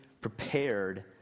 prepared